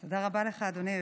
תודה רבה לך, אדוני היושב-ראש.